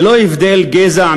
ללא הבדל גזע,